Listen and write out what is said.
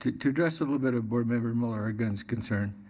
to to address a little bit of board member muller-aragon's concern,